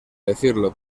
decirlo